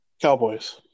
Cowboys